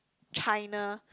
China